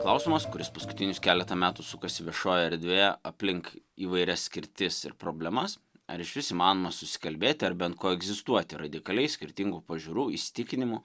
klausimas kuris paskutinius keletą metų sukasi viešoje erdvėje aplink įvairias skirtis ir problemas ar išvis įmanoma susikalbėti ar bent koegzistuoti radikaliai skirtingų pažiūrų įsitikinimų